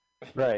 Right